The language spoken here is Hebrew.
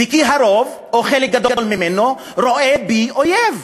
וכי הרוב או חלק גדול ממנו רואה בי אויב.